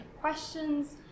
questions